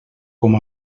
com